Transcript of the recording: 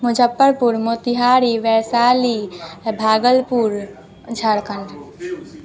Muzaffarpur Motihari Vaishali Bhagalpur Jharkhand